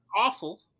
awful